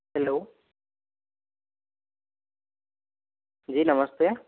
hello जी नमस्ते